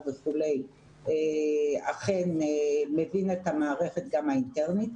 וכולי אכן מבין את המערכת גם האינטרנית,